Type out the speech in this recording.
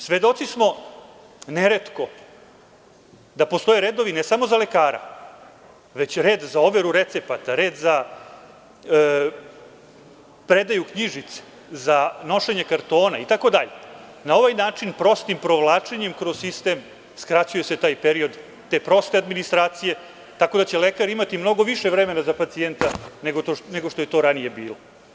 Svedoci smo neretko da postoje redovi ne samo za lekara, već red za overu recepata, red za predaju knjižice, za nošenje kartona, itd. na ovaj način prostim provlačenjem kroz sistem skraćuje se taj period administracije, tako da će lekar imati mnogo više vremena za pacijenta nego što je to ranije bilo.